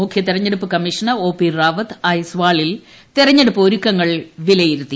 മുഖ്യതെരഞ്ഞെടുപ്പ് commissioner O P Rawat അയസ്വാളിൽ തെരഞ്ഞെടുപ്പ് ഒരുക്കങ്ങൾ വിലയിരുത്തി